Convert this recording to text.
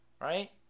Right